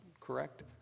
correct